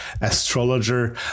astrologer